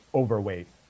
overweight